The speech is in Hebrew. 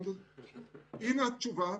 הינה התשובה.